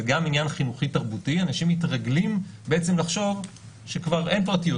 זה גם עניין חינוכי תרבותי אנשים מתרגלים בעצם לחשוב שכבר אין פרטים.